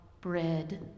bread